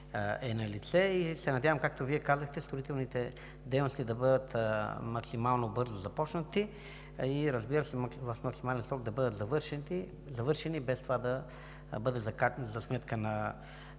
е налице и се надявам, както Вие казахте, строителните дейности да бъдат максимално бързо започнати и в максимално къс срок да бъдат завършени, без това да бъде за сметка на